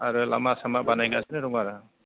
आरो लामा सामा बानायगासिनो दंआरो